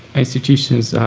institutions,